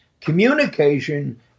communication